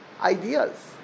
ideas